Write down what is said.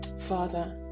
Father